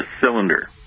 cylinder